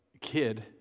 kid